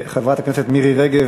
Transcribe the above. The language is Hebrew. חברת הכנסת מירי רגב,